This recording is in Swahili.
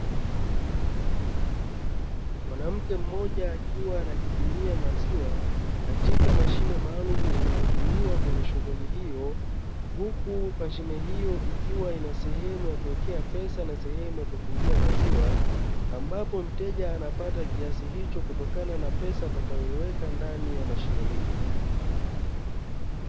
Mwanamke mmoja akiwa anajipimia maziwa katika mashine maalumu inayotumiwa kwenye shughuli hiyo, huku mashine hiyo ikiwa ina sehemu ya kuwekea pesa na sehemu ya kukingia maziwa, ambapo mteja anapata kiasi hicho kutokana na pesa atakayoweka ndani ya mashine hiyo.